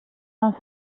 els